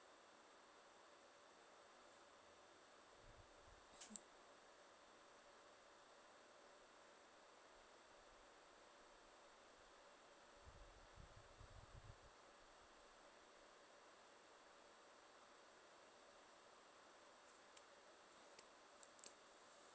hmm